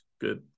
Good